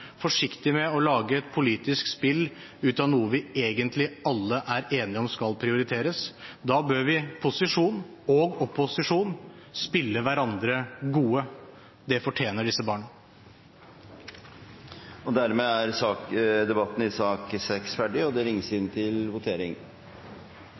med å lage et politisk spill av noe vi egentlig alle er enige om skal prioriteres. Da bør vi – posisjon og opposisjon – spille hverandre gode. Det fortjener disse barna. Dermed er debatten i sak nr. 6 ferdig. Stortinget er da klar til å gå til votering. Det